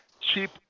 cheap